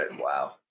wow